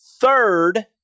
Third